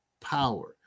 power